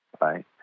right